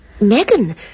Megan